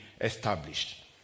established